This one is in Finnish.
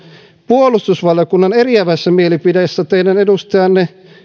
puolustusvaliokunnan eriävässä mielipiteessä teidän edustajanne